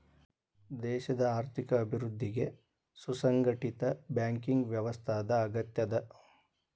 ದೇಶದ್ ಆರ್ಥಿಕ ಅಭಿವೃದ್ಧಿಗೆ ಸುಸಂಘಟಿತ ಬ್ಯಾಂಕಿಂಗ್ ವ್ಯವಸ್ಥಾದ್ ಅಗತ್ಯದ